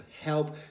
Help